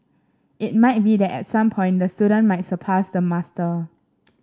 it might be that at some point the student might surpass the master